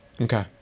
okay